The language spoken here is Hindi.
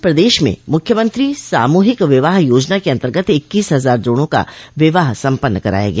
आज प्रदेश में मुख्यमंत्री सामूहिक विवाह योजना के अन्तर्गत इक्कीस हजार जोड़ों का विवाह सम्पन्न कराया गया